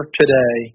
today